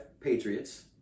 Patriots